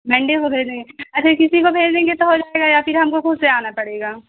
Monday کو بھیج دیں گے اچھا کسی کو بھیج دیں گے تو ہو جائے گا یا پھر ہم کو خود سے آنا پڑے گا